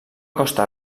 costa